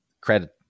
credit